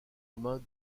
romain